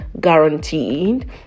guaranteed